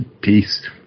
Peace